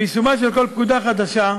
ביישומה של כל פקודה חדשה,